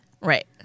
Right